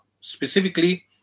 specifically